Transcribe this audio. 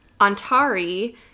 Antari